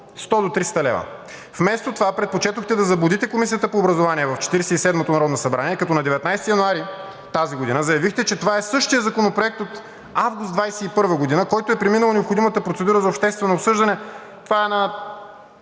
100 до 300 лв. Вместо това предпочетохте да заблудите Комисията по образованието в Четиридесет и седмото народно събрание, като на 19 януари тази години заявихте, че това е същият законопроект от август 2021 г., който е преминал необходимата процедура за обществено обсъждане. Това е на